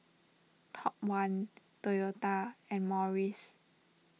Top one Toyota and Morries